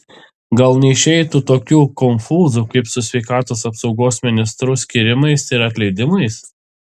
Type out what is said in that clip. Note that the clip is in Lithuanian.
gal neišeitų tokių konfūzų kaip su sveikatos apsaugos ministrų skyrimais ir atleidimais